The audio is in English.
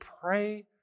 pray